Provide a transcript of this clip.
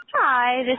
hi